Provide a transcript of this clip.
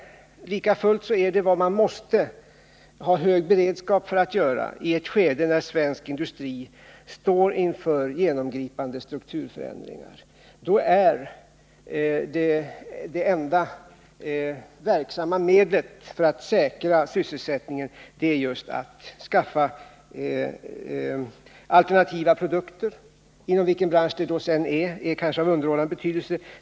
Lika fullt är det vad man måste ha hög beredskap för att göra i ett skede, när svensk industri står inför genomgripande strukturförändringar. Då är det enda verksamma medlet för att säkra sysselsättningen just att skaffa alternativa produkter. Vilka branscher det sedan gäller är kanske av underordnad betydelse.